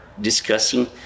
discussing